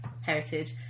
Heritage